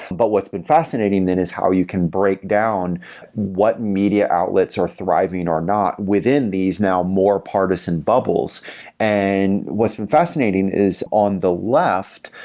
but what's been fascinating then is how you can break down what media outlets are thriving or not within these now more partisan bubbles and what's been fascinating fascinating is on the left,